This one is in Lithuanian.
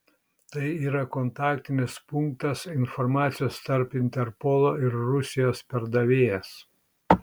tai yra kontaktinis punktas informacijos tarp interpolo ir rusijos perdavėjas